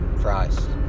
Christ